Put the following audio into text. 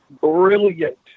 brilliant